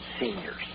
seniors